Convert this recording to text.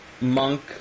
monk